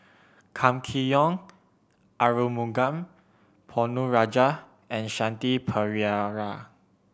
Kam Kee Yong Arumugam Ponnu Rajah and Shanti Pereira